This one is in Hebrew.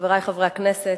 חברי חברי הכנסת,